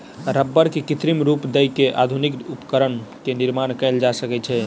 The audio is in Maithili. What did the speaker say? रबड़ के कृत्रिम रूप दय के आधुनिक उपकरण के निर्माण कयल जा सकै छै